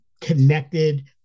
connected